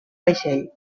vaixell